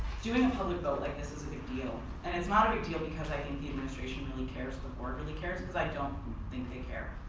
doing a public vote like this is a big deal and it's not a big deal because i think the administration really cares before it really cares because i don't think they care.